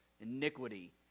iniquity